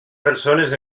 persones